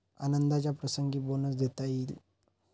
आनंदाच्या प्रसंगी बोनस देता येईल